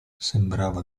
sembrava